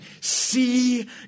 see